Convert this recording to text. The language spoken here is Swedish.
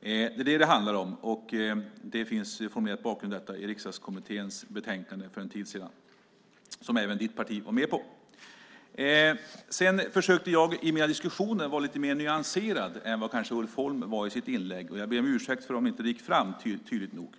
Det är vad det handlar om. Bakgrunden till detta finns formulerad i Riksdagskommitténs betänkande för en tid sedan som även Ulf Holms parti var med på. Jag försökte i mina diskussioner vara lite mer nyanserad än vad Ulf Holm kanske var i sitt inlägg. Jag ber om ursäkt om det inte gick fram tydligt nog.